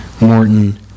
Morton